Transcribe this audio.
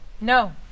No